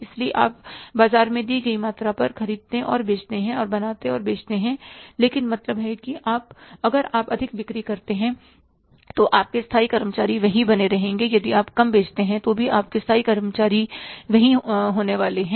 इसलिए आप बाजार में दी गई मात्रा पर खरीदते और बेचते हैं और बनाते और बेचते हैं लेकिन मतलब है कि अगर आप अधिक बिक्री करते हैं तो आपके स्थायी कर्मचारी वहीं बने रहेंगे यदि आप कम बेचते हैं तो भी आपके स्थायी कर्मचारी वहीं होने वाले हैं